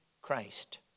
Christ